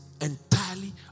entirely